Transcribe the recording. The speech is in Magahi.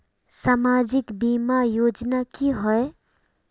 सामाजिक बीमा योजना की होय?